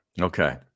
Okay